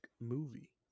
movie